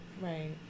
Right